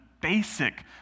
basic